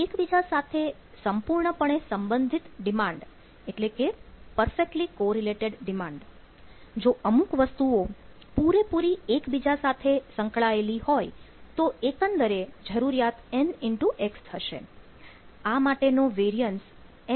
એકબીજા સાથે સંપૂર્ણપણે સંબંધિત ડિમાન્ડ થશે